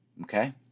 okay